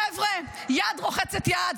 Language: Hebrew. חבר'ה, יד רוחצת יד.